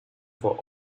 for